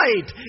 right